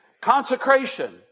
Consecration